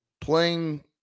playing